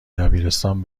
دبیرستان